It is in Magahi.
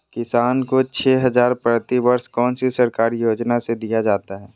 किसानों को छे हज़ार प्रति वर्ष कौन सी सरकारी योजना से दिया जाता है?